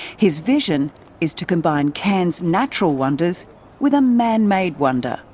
his vision is to combine cairns' natural wonders with a man-made wonder.